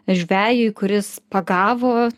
žvejui kuris pagavo